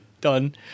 Done